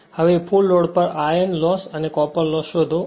હવે full load પર iron loss અને કોપર લોસ શોધો